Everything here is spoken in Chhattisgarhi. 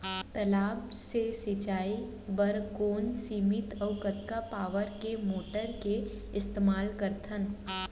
तालाब से सिंचाई बर कोन सीमित अऊ कतका पावर के मोटर के इस्तेमाल करथन?